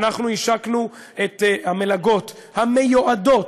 השקנו את המלגות המיועדות